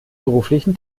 beruflichen